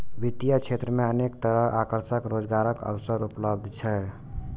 वित्तीय क्षेत्र मे अनेक तरहक आकर्षक रोजगारक अवसर उपलब्ध छै